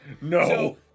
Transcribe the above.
No